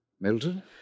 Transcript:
Milton